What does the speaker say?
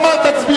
לא אתה מחלק את,